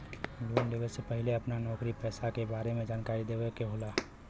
Loan लेवे से पहिले अपना नौकरी पेसा के बारे मे जानकारी देवे के होला?